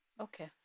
Okay